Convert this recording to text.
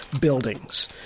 buildings